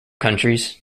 countries